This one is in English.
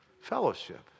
Fellowship